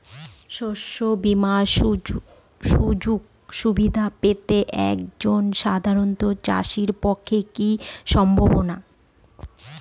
শস্য বীমার সুযোগ সুবিধা পেতে একজন সাধারন চাষির পক্ষে কি সম্ভব?